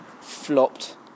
flopped